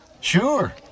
Sure